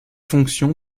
fonctions